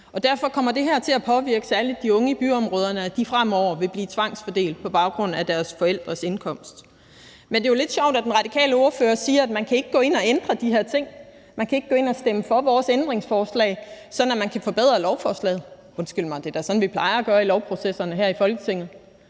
ud. Derfor kommer det her til at påvirke særlig de unge i byområderne, når de fremover vil blive tvangsfordelt på baggrund af deres forældres indkomst. Men det er jo lidt sjovt, at den radikale ordfører siger, at man ikke kan gå ind og ændre de her ting, at man ikke kan gå ind og stemme for vores ændringsforslag, sådan at lovforslaget kan forbedres. Undskyld mig, det er da sådan, vi plejer at gøre i lovprocessen her i Folketinget.